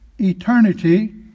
eternity